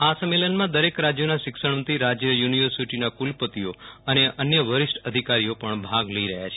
આ સંમેલનમાં દરેક રાજ્યોના શિક્ષણ મંત્રી રાજ્ય યુનિવર્સિટીઓના કુલપતિઓ અને અન્ય વરિષ્ઠ અધિકારીઓ પણ ભાગ લઈ રહ્યા છે